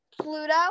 Pluto